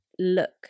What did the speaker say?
look